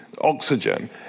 oxygen